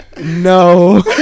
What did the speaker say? no